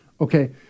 Okay